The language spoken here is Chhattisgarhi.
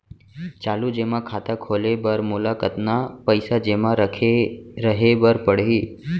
चालू जेमा खाता खोले बर मोला कतना पइसा जेमा रखे रहे बर पड़ही?